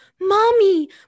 mommy